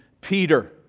Peter